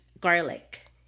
garlic